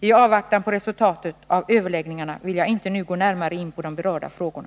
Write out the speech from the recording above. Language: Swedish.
I avvaktan på resultatet av överläggningarna vill jag inte nu gå närmare in på de berörda frågorna.